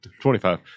25